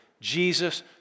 Jesus